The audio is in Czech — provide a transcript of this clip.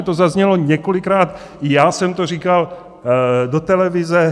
To zaznělo několikrát, i já jsem to říkal do televize.